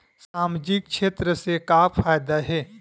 सामजिक क्षेत्र से का फ़ायदा हे?